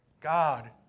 God